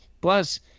Plus